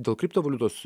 dėl kriptovaliutos